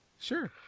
Sure